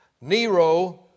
Nero